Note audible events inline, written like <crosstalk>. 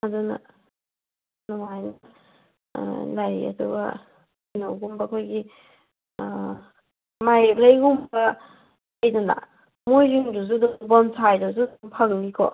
ꯑꯗꯨꯅ <unintelligible> ꯂꯩ ꯑꯗꯨꯅ ꯀꯩꯅꯣꯒꯨꯝꯕ ꯑꯩꯈꯣꯏꯒꯤ ꯃꯥꯏꯌꯦꯞ ꯂꯩꯒꯨꯝꯕ ꯂꯩꯗꯅ ꯃꯣꯏꯁꯤꯡꯗꯨꯁꯨ ꯑꯗꯨꯝ ꯕꯣꯟꯁꯥꯏꯗꯁꯨ ꯑꯗꯨꯝ ꯐꯪꯅꯤꯀꯣ